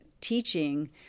teaching